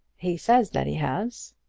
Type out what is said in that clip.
he says that he has.